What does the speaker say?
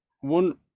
one